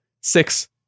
six